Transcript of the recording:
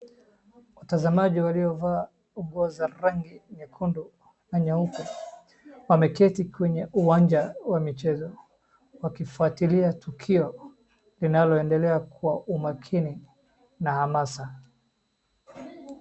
Watazamaji waliovaa nguo za rangi nyekundu na nyeupe wameketi kwenye uwanja wa michezo wakifuatilia tukio linaloendelea kwa umakini na hamasa.